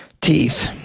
teeth